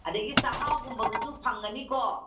ꯑꯗꯒꯤ ꯆꯥꯍꯥꯎꯒꯨꯝꯕꯗꯨꯁꯨ ꯐꯪꯒꯅꯤꯀꯣ